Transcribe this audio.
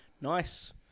Nice